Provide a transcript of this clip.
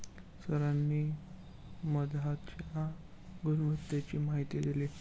सरांनी मधाच्या गुणवत्तेची माहिती दिली